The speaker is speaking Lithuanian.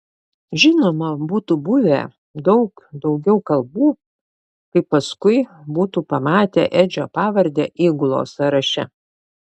žinoma būtų buvę daug daugiau kalbų kai paskui būtų pamatę edžio pavardę įgulos sąraše